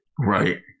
Right